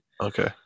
Okay